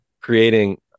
creating